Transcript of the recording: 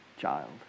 child